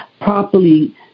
properly